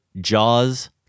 JAWS